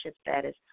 status